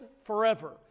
forever